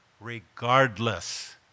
regardless